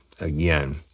Again